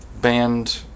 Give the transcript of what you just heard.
band